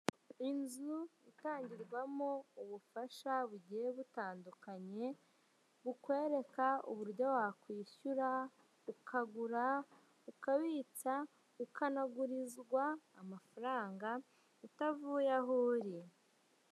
Inzu itangirwamo ubufasha bugiye butandukanye, bukwereka uburyo wakwishyura, ukagura, ukabitsa, ukanagurizwa amafaranga utavuye aho uri.